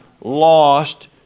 lost